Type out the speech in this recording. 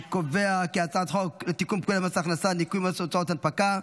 אני קובע כי הצעת חוק לתיקון פקודת מס הכנסה (ניכוי מס הוצאות הנפקה),